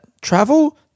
Travel